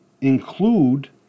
include